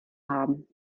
haben